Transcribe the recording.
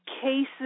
cases